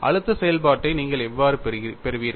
அழுத்த செயல்பாட்டை நீங்கள் எவ்வாறு பெறுவீர்கள்